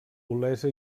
olesa